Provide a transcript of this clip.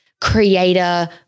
creator